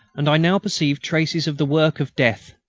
and i now perceived traces of the work of death.